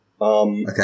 Okay